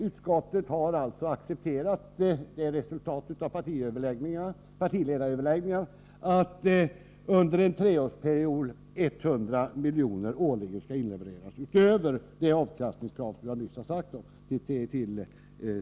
Utskottet har alltså accepterat resultatet av partiledaröverläggningarna, nämligen att 100 milj.kr. årligen under en treårsperiod skall inlevereras till statskassan, utöver det avkastningskrav som jag nyss har talat om.